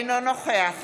אינו נוכח